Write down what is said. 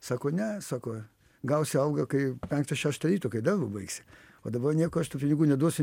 sako ne sako gausi algą kai penktą šeštą ryto kai darbą baigsi o dabar nieko aš tau pinigų neduosiu